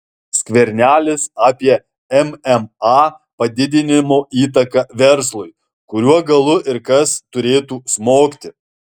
skvernelis apie mma padidinimo įtaką verslui kuriuo galu ir kas turėtų smogti